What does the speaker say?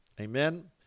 Amen